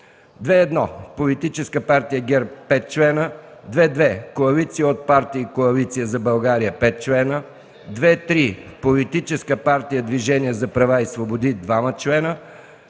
2.1. Политическа партия „ГЕРБ” – 5 члена; 2.2. Коалиция от партии „Коалиция за България” – 5 члена; 2.3. Политическа партия „Движение за права и свободи” – 2 члена;